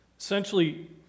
Essentially